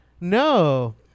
No